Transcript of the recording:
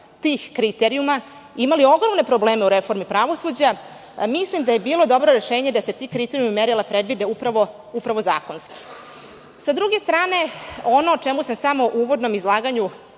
tih kriterijuma imali ogromne probleme u reformi pravosuđa, mislim da je bilo dobro rešenje da se ti kriterijumi i merila predvide upravo zakonski. Sa druge strane, ono šta sam u uvodnom izlaganju